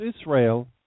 Israel